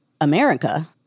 America—